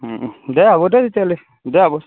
উম উম দে হ'ব দে তেতিয়া হ'লে দে হ'ব